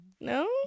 No